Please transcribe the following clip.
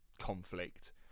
conflict